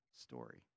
story